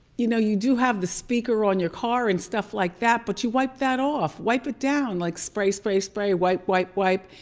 you know you do have the speaker on your car and stuff like that, but you wipe that off! wipe it down, like spray, spray, spray, wipe, wipe, wipe.